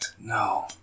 No